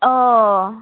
अ